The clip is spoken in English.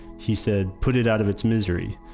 he said, put it out of its misery.